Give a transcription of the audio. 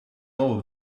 over